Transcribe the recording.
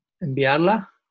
enviarla